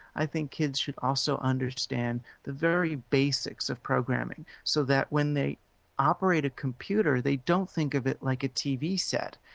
i think kids should also understand the very basics of programming, so that when they operate operate a computer, they don't think of it like a tv set,